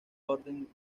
orden